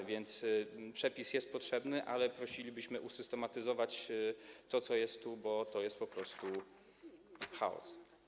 A więc przepis jest potrzebny, ale prosilibyśmy, by usystematyzować to, co tu jest, bo to jest po prostu chaos.